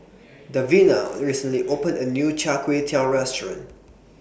Davina recently opened A New Char Kway Teow Restaurant